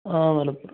ആ മലപ്പുറം